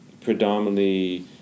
predominantly